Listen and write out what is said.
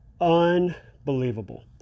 Unbelievable